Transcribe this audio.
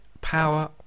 power